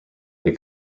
they